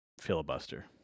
filibuster